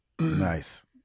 Nice